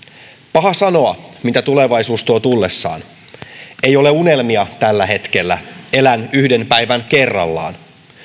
paha sanoa mitä tulevaisuus tuo tullessaan ei ole unelmia tällä hetkellä elän yhden päivän kerrallaan